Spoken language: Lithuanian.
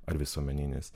ar visuomeninis